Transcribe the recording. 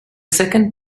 second